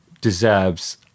deserves